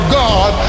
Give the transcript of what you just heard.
god